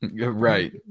Right